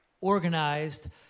organized